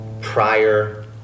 prior